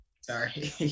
Sorry